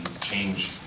change